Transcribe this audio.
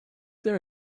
there